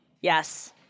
Yes